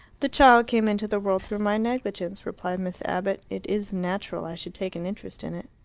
the child came into the world through my negligence, replied miss abbott. it is natural i should take an interest in it.